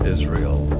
Israel